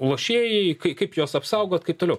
lošėjai kai kaip juos apsaugot kaip toliau